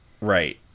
right